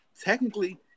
technically